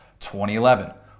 2011